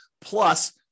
plus